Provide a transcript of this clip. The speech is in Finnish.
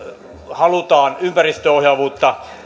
halutaan ympäristöohjaavuutta